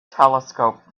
telescope